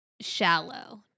shallow